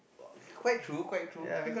quite true quite true